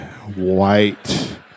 white